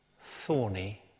thorny